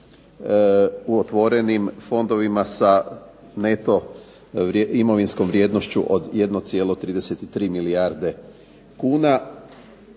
u otvorenim fondovima sa neto imovinskom vrijednošću od 1,33 milijarde kuna,